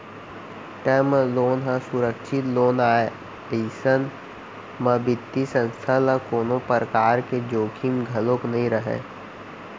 term loan ह सुरक्छित loan आय अइसन म बित्तीय संस्था ल कोनो परकार के जोखिम घलोक नइ रहय